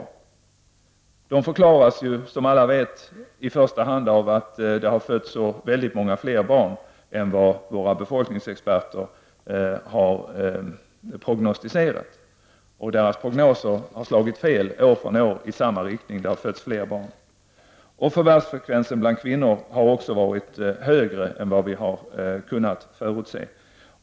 Som alla vet förklaras svårigheterna i första hand med att det har fötts så många fler barn än vad våra befolkningsexperter har prognostiserat. Experternas prognos har år efter år slagit fel i samma riktning. Det har fötts fler barn. Förvärvsfrekvensen bland kvinnor har också varit högre än vad man har kunnat förutse.